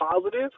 positive